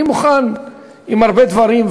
אני מוכן עם הרבה דברים,